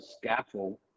scaffold